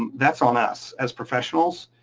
that's on us as professionals.